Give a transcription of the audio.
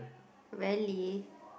rarely